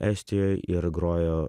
estijoj ir grojo